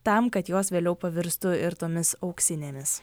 tam kad jos vėliau pavirstų ir tomis auksinėmis